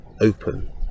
open